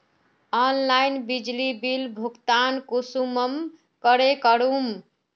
Online बिजली bill भुगतान कुंसम करे करूम?